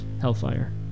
hellfire